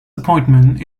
appointment